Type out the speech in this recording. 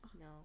No